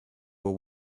were